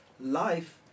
life